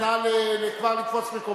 אז נא כבר לתפוס מקומות.